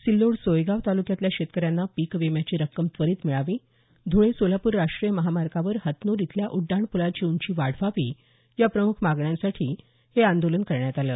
सिल्लोड सोयगाव ताल्क्यातल्या शेतकऱ्यांना पीक विम्याची रक्कम त्वरीत मिळावी धुळे सोलापूर राष्ट्रीय महामार्गावर हतनूर इथल्या उड्डाणप्लाची उंची वाढवावी या प्रमुख मागण्यांसाठी हे आंदोलन करण्यात आलं